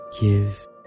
give